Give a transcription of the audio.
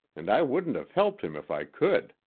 and i wouldn't have helped him if i could.